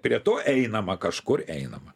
prie to einama kažkur einama